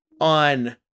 on